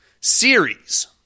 series